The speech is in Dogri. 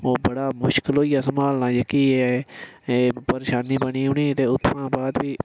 ओह् बड़ा मुशकल होई गेआ संभालना जेह्की एह् ए परेशानी बनी उ'नें गी ते उत्थुआं बाद भी